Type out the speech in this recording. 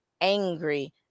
angry